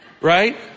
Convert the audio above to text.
right